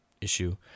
issue